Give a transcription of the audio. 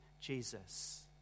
Jesus